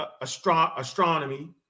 astronomy